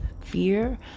fear